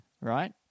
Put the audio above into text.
right